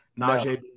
Najee